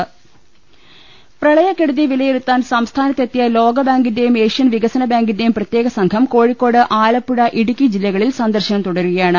ൾ ൽ ൾ പ്രളയക്കെടുതി വിലയിരുത്താൻ സംസ്ഥാനത്തെത്തിയ ലോകബാങ്കി ന്റെയും ഏഷ്യൻ വികസനബാങ്കിന്റെയും പ്രത്യേകസംഘം കോഴിക്കോ ട് ആലപ്പുഴ ഇടുക്കി ജില്ലകളിൽ സന്ദർശനം തുടരുകയാണ്